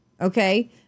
Okay